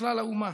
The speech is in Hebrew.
מכלל האומה.